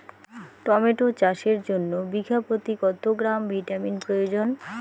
Tomato চাষের জন্য বিঘা প্রতি কত গ্রাম ভিটামিন প্রয়োজন?